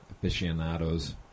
Aficionados